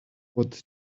what